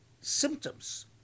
symptoms